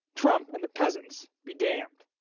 trump and the peasants be damned.